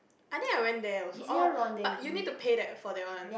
I think I went there also oh but you need to pay that for that one